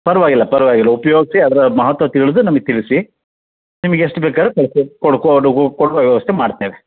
ಪರವಾಗಿಲ್ಲ ಪರವಾಗಿಲ್ಲ ಉಪಯೋಗಿಸಿ ಅದರ ಮಹತ್ವ ತಿಳಿದು ನಮಗೆ ತಿಳಿಸಿ ನಿಮಗೆಷ್ಟು ಬೇಕಾರೂ ಕೊಡುವ ವ್ಯವಸ್ಥೆ ಮಾಡ್ತೇವೆ